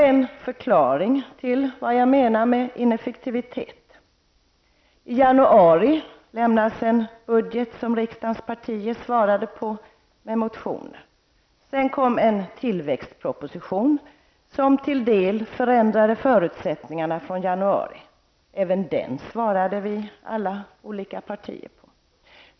En förklaring till vad jag menar med ineffektivitet. I januari lämnades en budget som riksdagens partier svarade på med motioner. Sedan kom en tillväxtproposition, som till en del förändrade förutsättningarna från januari. Även den svarade vi alla olika partier på.